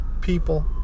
people